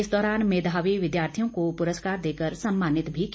इस दौरान मेघावी विद्यार्थियों को पुरस्कार देकर सम्मानित किया